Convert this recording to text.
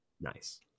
Nice